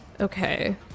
Okay